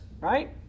Right